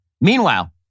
Meanwhile